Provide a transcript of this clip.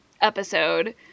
episode